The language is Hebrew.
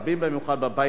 במיוחד בבית הזה,